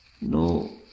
No